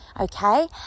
Okay